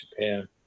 Japan